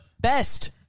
best